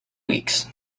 weeks